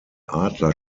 adler